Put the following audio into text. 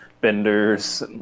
Benders